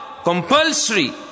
Compulsory